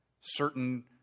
certain